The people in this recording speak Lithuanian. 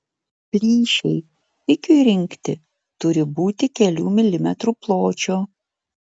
plyšiai pikiui rinkti turi būti kelių milimetrų pločio